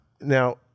Now